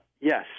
Yes